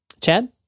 Chad